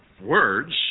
words